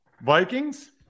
Vikings